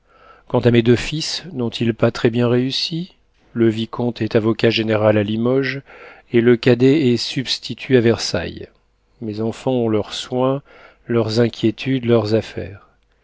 quant à mes deux fils n'ont-ils pas très-bien réussi le vicomte est avocat-général à limoges et le cadet est substitut à versailles mes enfants ont leurs soins leurs inquiétudes leurs affaires